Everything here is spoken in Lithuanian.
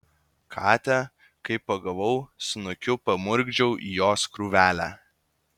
katę kai pagavau snukiu pamurkdžiau į jos krūvelę